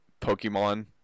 Pokemon